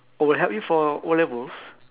oh will help you for O-levels